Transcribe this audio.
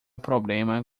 problema